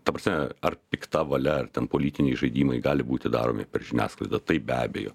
ta prasme ar pikta valia ar ten politiniai žaidimai gali būti daromi per žiniasklaidą taip be abejo